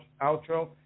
outro